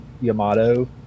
Yamato